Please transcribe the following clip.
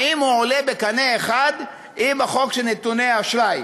האם הוא עולה בקנה אחד עם החוק של נתוני אשראי.